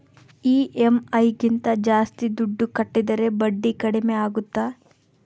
EMI ಗಿಂತ ಜಾಸ್ತಿ ದುಡ್ಡು ಕಟ್ಟಿದರೆ ಬಡ್ಡಿ ಕಡಿಮೆ ಆಗುತ್ತಾ?